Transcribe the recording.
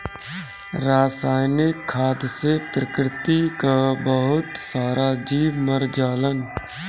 रासायनिक खाद से प्रकृति कअ बहुत सारा जीव मर जालन